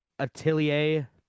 Atelier